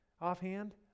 offhand